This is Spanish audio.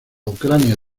ucrania